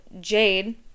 Jade